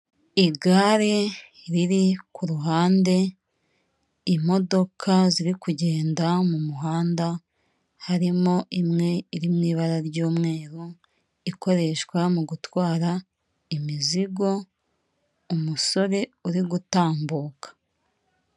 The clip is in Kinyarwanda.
Igare riri ku ruhande imodoka ziri kugenda mu muhanda harimo imwe iri mu ibara ry'umweru ikoreshwa mu gutwara imizigo umusore uri gutambuka.